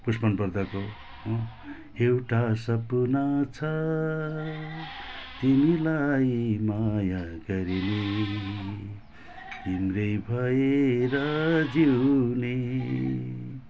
पुष्पन प्रधानको एउटा सपना छ तिमीलाई माया गर्ने तिम्रै भएर जिउने